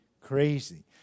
crazy